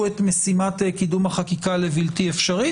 את משימת קידום החקיקה לבלתי אפשרית,